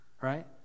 right